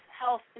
health